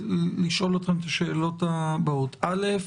לשאול אתכם את השאלות הבאות: א',